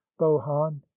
bohan